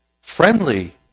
friendly